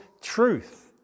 truth